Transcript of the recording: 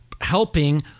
helping